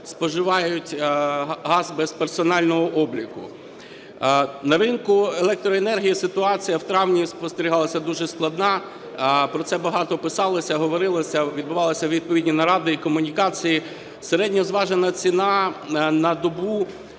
споживають газ без персонального обліку. На ринку електроенергії ситуація в травні спостерігалася дуже складна. Про це багато писалося, говорилося, відбувалися відповідні наради і комунікації. Середньозважена ціна "на добу